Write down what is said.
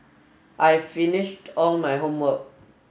I've finished all my homework